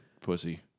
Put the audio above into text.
pussy